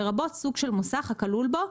לרבות סוג של מוסך הכלול בו,